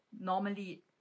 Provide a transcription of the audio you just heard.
normally